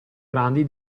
grandi